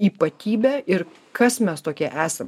ypatybė ir kas mes tokie esam